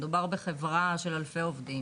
מדובר בחברה של אלפי עובדים